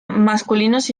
masculinos